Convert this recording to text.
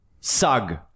Sug